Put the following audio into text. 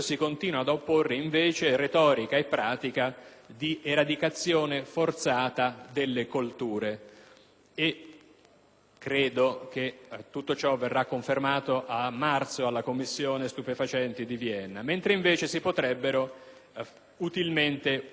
e credo che tutto ciò verrà confermato a marzo, alla Commissione stupefacenti dell'ONU a Vienna, mentre invece si potrebbero utilmente convertire sia gli sforzi militari, sia quelle colture su altri fronti.